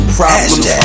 problems